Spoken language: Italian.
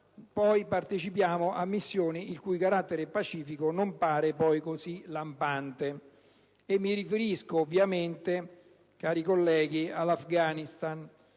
poi partecipiamo a missioni il cui carattere pacifico non pare poi così lampante. Mi riferisco, ovviamente, cari colleghi, all'Afghanistan,